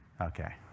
Okay